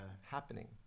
happening